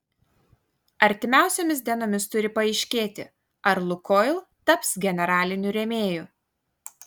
artimiausiomis dienomis turi paaiškėti ar lukoil taps generaliniu rėmėju